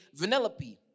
Vanellope